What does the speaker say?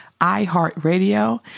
iHeartRadio